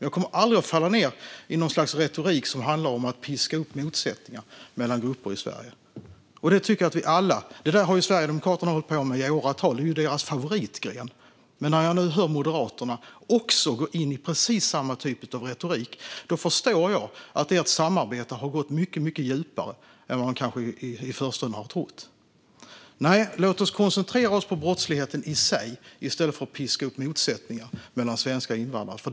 Jag kommer aldrig att falla ned i något slags retorik som handlar om att piska upp motsättningar mellan grupper i Sverige. Det där har Sverigedemokraterna hållit på med i åratal. Det är deras favoritgren. Men när jag nu hör också Moderaterna gå in i precis samma typ av retorik förstår jag att ert samarbete har gått mycket djupare än vad man kanske i förstone hade trott. Nej, låt oss koncentrera oss på brottsligheten i sig i stället för att piska upp motsättningar mellan svenskar och invandrare.